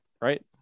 Right